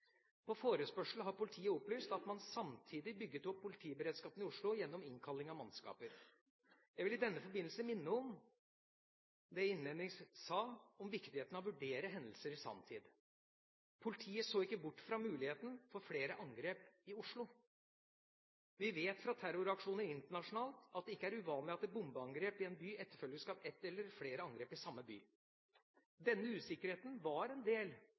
På forespørsel har politiet opplyst at man samtidig bygget opp politiberedskapen i Oslo gjennom innkalling av mannskaper. Jeg vil i denne forbindelse minne om det jeg innledningsvis sa, om viktigheten av å vurdere hendelser i sanntid. Politiet så ikke bort fra muligheten for flere angrep i Oslo. Vi vet fra terroraksjoner internasjonalt at det ikke er uvanlig at et bombeangrep i en by etterfølges av ett eller flere angrep i samme by. Denne usikkerheten var en del